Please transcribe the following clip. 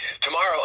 Tomorrow